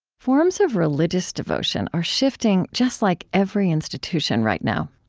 forms of religious devotion are shifting, just like every institution right now,